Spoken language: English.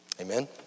Amen